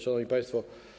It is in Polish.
Szanowni Państwo!